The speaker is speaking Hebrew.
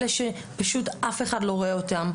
אלה שפשוט אף אחד לא רואה אותם,